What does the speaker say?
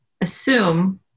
assume